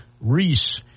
Reese